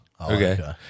Okay